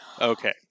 Okay